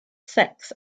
sex